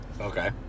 Okay